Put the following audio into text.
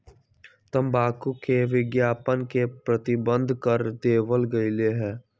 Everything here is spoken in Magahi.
तंबाकू के विज्ञापन के प्रतिबंध कर देवल गयले है